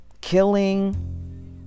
killing